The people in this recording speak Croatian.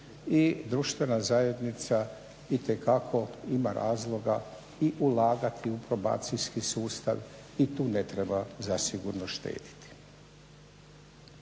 i društvena zajednica itekako ima razloga i ulagati u probacijski sustav i tu ne treba zasigurno štediti.